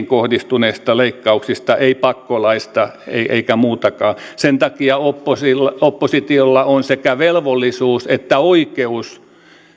kohdistuneista leikkauksista eivät pakkolaeista eivätkä muustakaan sen takia oppositiolla on sekä velvollisuus että oikeus